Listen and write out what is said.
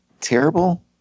terrible